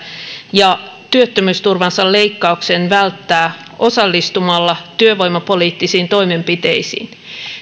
ja työttömyysturvansa leikkauksen välttää osallistumalla työvoimapoliittisiin toimenpiteisiin